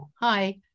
Hi